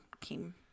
came